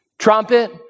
Trumpet